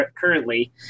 currently